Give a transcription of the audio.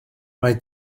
mae